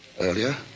earlier